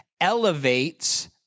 elevates